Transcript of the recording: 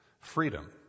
Freedom